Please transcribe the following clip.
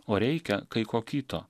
o reikia kai ko kito